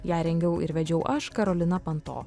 ją rengiau ir vedžiau aš karolina panto